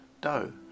dough